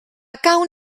gawn